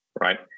right